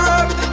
up